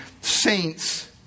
saints